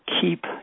keep